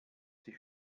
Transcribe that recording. sie